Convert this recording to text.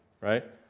Right